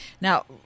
now